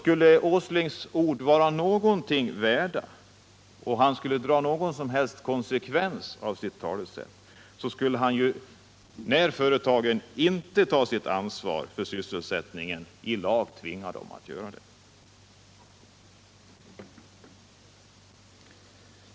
Skulle herr Åslings ord vara någonting värda, och skulle han dra någon som helst konsekvens av sitt talesätt, så skulle han, när företagen inte tar sitt ansvar för sysselsättningen, i lag tvinga dem att göra det.